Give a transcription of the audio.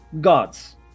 gods